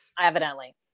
evidently